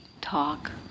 talk